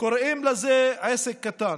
קוראים לזה עסק קטן,